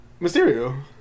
Mysterio